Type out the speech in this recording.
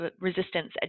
resistance